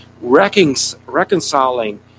reconciling